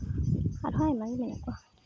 ᱟᱨᱦᱚᱸ ᱟᱭᱢᱟᱜᱮ ᱢᱮᱱᱟᱜ ᱠᱚᱣᱟ